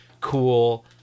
cool